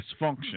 dysfunction